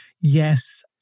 yes